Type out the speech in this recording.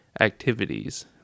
activities